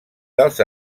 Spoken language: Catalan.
dels